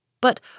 But